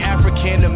African